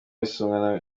bisomwa